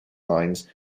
lines